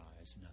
eyes